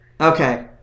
Okay